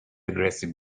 aggressive